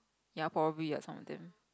ya probably lah some of them